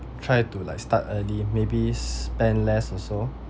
try to like start early maybe spend less also